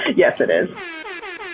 yes, it is.